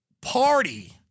party